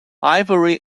ivory